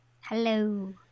Hello